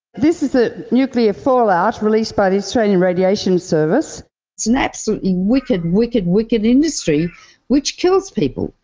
this is a nuclear fallout released by the australian radiation service it's an absolutely wicked, wicked, wicked industry which kills people.